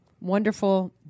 wonderful